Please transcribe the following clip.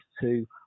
two